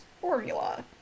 formula